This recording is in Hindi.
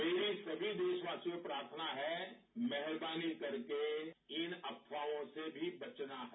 मेरी सभी देशवासियों से प्रार्थना है मेहरबानी करके इन अफवाहों से भी बचना है